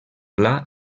pla